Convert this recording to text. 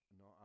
no